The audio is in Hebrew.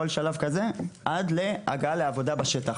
כל שלב כזה, עד להגעה לעבודה בשטח.